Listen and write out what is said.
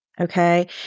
okay